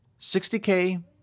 60K